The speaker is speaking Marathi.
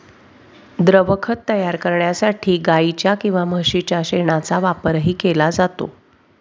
द्रवखत तयार करण्यासाठी गाईच्या किंवा म्हशीच्या शेणाचा वापरही केला जातो